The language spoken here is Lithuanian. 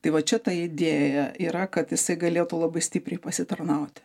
tai va čia ta idėja yra kad jisai galėtų labai stipriai pasitarnauti